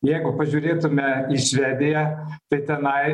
jeigu pažiūrėtume į švediją tai tenai